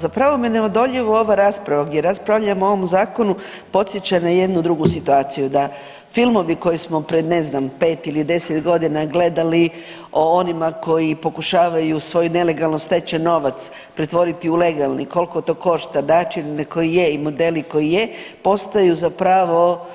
Zapravo me neodoljivo ova rasprava gdje raspravljamo o ovom zakonu podsjeća na jednu drugu situaciju da filmovi koje smo pred ne znam 5 ili 10.g. gledali o onima koji pokušavaju svoj nelegalno stečen novac pretvoriti u legalni, kolko to košta, način na koji je i modeli koji je postaju zapravo